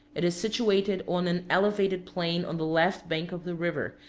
it is situated on an elevated plain on the left bank of the river,